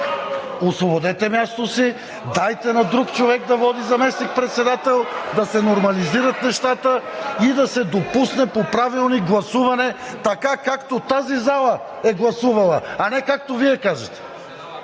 Освободете мястото си, дайте на друг човек да води – заместник-председател, да се нормализират нещата и да се допусне по Правилник гласуване така, както тази зала е гласувала, а не както Вие кажете!